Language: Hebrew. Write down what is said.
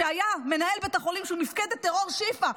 שהיה מנהל בית החולים של מפקדת טרור שיפא,